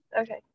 okay